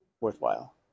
worthwhile